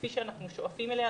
כפי שאנחנו שואפים אליה,